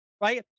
right